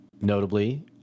notably